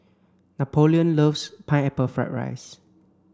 Napoleon loves pineapple fried rice